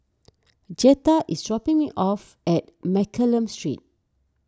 Jetta is dropping me off at Mccallum Street